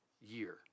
year